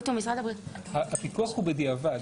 הפיקוח הוא בדיעבד.